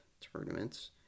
tournaments